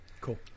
cool